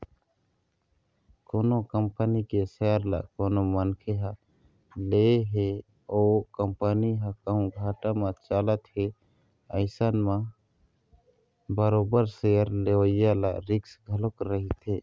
कोनो कंपनी के सेयर ल कोनो मनखे ह ले हे ओ कंपनी ह कहूँ घाटा म चलत हे अइसन म बरोबर सेयर लेवइया ल रिस्क घलोक रहिथे